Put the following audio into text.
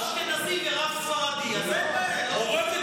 מורשת ומסורת זה אותו דבר?